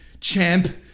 champ